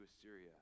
Assyria